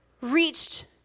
reached